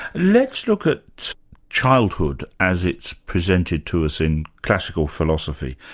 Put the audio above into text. let's look at childhood as it's presented to us in classical philosophy.